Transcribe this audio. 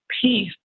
peace